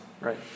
right